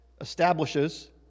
establishes